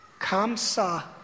Kamsa